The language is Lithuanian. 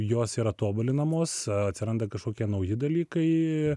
jos yra tobulinamos atsiranda kažkokie nauji dalykai